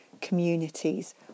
communities